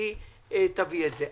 והיא תביא את זה.